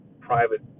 private